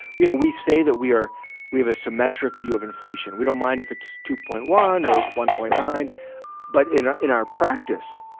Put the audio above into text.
know we say that we are we have a symmetric view of inflation. we don't mind if it's two point one or one point nine but in ah in our practice,